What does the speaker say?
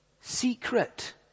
secret